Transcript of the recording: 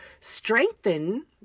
strengthen